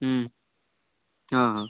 हां हां